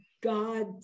God